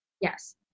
yes